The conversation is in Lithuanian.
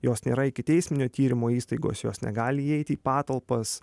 jos nėra ikiteisminio tyrimo įstaigos jos negali įeiti į patalpas